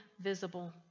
visible